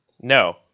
No